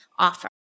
offer